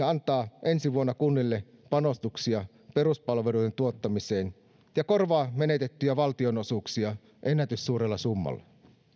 antaa ensi vuonna kunnille panostuksia peruspalveluiden tuottamiseen ja korvaa menetettyjä valtionosuuksia ennätyssuurella summalla